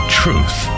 truth